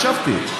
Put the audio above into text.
הקשבתי,